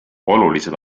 olulised